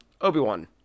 Obi-Wan